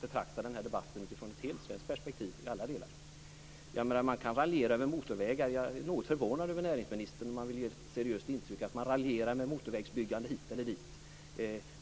betrakta den här debatten från ett helsvenskt perspektiv i alla delar. Man kan raljera över motorvägar. Jag är något förvånad över att näringsministern, om han vill ge ett seriöst intryck, raljerar med motorvägsbyggande hit eller dit.